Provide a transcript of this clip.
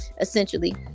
essentially